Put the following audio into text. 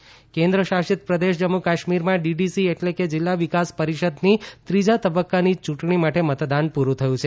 કાશ્મીર ચૂંટણી કેન્દ્રશાસિત પ્રદેશ જમ્મુ કાશ્મીરમાં ડીડીસી એટલે કે જીલ્લા વિકાસ પરિષદની ત્રીજા તબ્બકાની ચૂંટણી માટે મતદાન પૂરૂ થયું છે